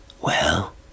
Well